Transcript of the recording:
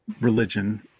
religion